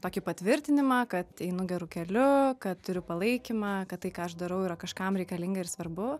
tokį patvirtinimą kad einu geru keliu kad turiu palaikymą kad tai ką aš darau yra kažkam reikalinga ir svarbu